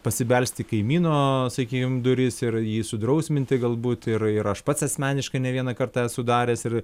pasibelsti į kaimyno sakykim duris ir jį sudrausminti galbūt ir ir aš pats asmeniškai ne vieną kartą esu daręs ir